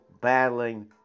battling